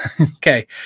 Okay